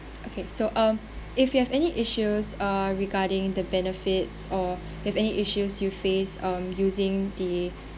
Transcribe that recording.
okay so um if you have any issues uh regarding the benefits or if any issues you face um using the